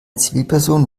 zivilperson